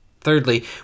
Thirdly